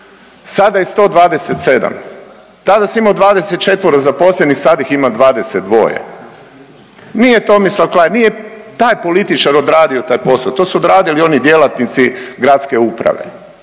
Sada je 127. Tada sam imao 24 zaposlenih, sad ih ima 22. Nije Tomislav Klarić, nije taj političar odradio taj posao. To su odradili oni djelatnici gradske uprave,